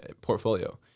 portfolio